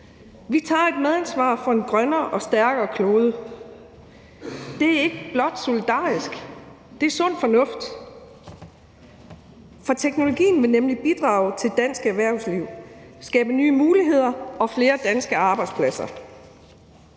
Vi tager et medansvar for en grønnere og stærkere klode. Det er ikke blot solidarisk, det er sund fornuft. For teknologien vil nemlig bidrage til dansk erhvervsliv og skabe nye muligheder og flere danske arbejdspladser.